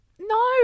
No